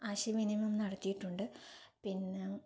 ആശയവിനിമയം നടത്തിയിട്ടുണ്ട് പിന്നെ